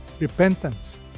repentance